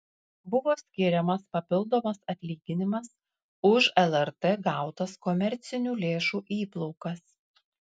buvo skiriamas papildomas atlyginimas už lrt gautas komercinių lėšų įplaukas